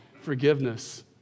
forgiveness